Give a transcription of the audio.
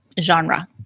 genre